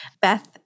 Beth